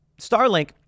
Starlink